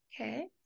Okay